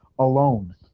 alone